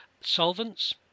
solvents